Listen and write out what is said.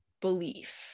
belief